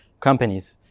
Companies